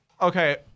okay